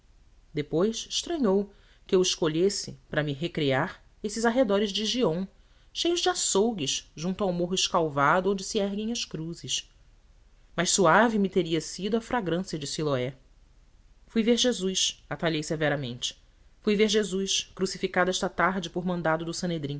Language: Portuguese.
depois estranhou que eu escolhesse para me recrear esses arredores de gihon cheios de açougues junto ao morro escalvado onde se erguem as cruzes mais suave me teria sido a fragrância de siloé fui ver jesus atalhei severamente fui ver jesus crucificado esta tarde por mandado do